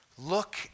Look